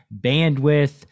bandwidth